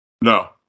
No